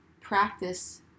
practice